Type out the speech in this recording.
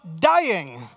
dying